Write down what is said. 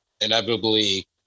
inevitably